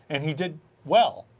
and he did well.